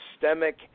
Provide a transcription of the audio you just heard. systemic